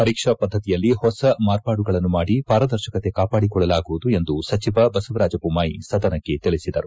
ಪರೀಕ್ಷಾ ಪದ್ದತಿಯಲ್ಲಿ ಹೊಸ ಮಾರ್ಪಾಡುಗಳನ್ನು ಮಾಡಿ ಪಾರದರ್ಶಕತೆ ಕಾಪಾಡಿಕೊಳ್ಳಲಾಗುವುದು ಎಂದು ಸಚಿವ ಬಸವರಾಜ ಬೊಮ್ಮಾಯಿ ಸದನಕ್ಕೆ ತಿಳಿಸಿದರು